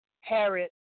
Harriet